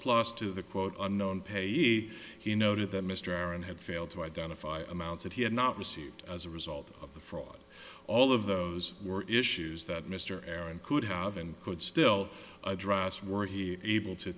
plus to the quote on known payee he noted that mr aaron had failed to identify amounts that he had not received as a result of the fraud all of those were issues that mr aron could have and could still address were he able to